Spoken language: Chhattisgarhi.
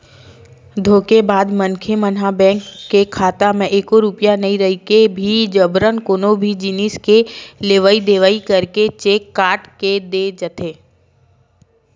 धोखेबाज मनखे मन ह बेंक के खाता म एको रूपिया नइ रहिके भी जबरन कोनो भी जिनिस के लेवई देवई करके चेक काट के दे जाथे